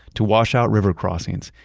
to wash out river crossings,